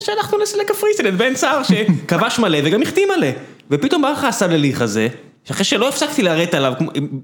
שאנחנו ניסע לקפריסין, בן סהר שכבש מלא וגם הכתים מלא ופתאום בא לך הסנליך הזה שאחרי שלא הפסקתי ליירט עליו כמו...